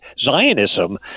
Zionism